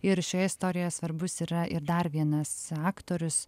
ir šioje istorijoje svarbus yra ir dar vienas aktorius